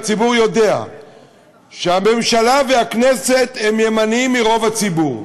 הציבור יודע שהממשלה והכנסת ימנים מרוב הציבור,